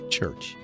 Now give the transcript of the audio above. Church